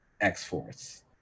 x-force